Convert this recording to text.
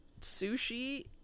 sushi